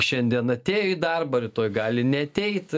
šiandien atėjo į darbą rytoj gali neateit